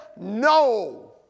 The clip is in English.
no